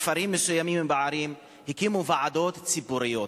בכפרים מסוימים ובערים הקימו ועדות ציבוריות,